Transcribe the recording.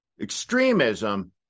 extremism